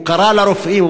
הוא קרא לרופאים,